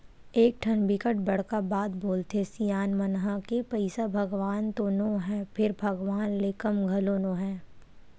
एकठन बिकट बड़का बात बोलथे सियान मन ह के पइसा भगवान तो नो हय फेर भगवान ले कम घलो नो हय